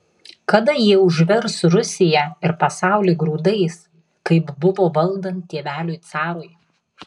kada jie užvers rusiją ir pasaulį grūdais kaip buvo valdant tėveliui carui